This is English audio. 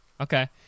Okay